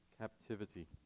captivity